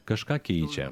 kažką keičia